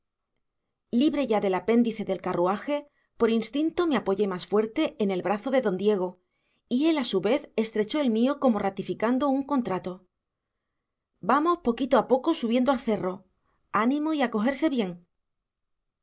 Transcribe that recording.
libre ya del apéndice del carruaje por instinto me apoyé más fuerte en el brazo de don diego y él a su vez estrechó el mío como ratificando un contrato vamos poquito a poco subiendo al cerro ánimo y cogerse bien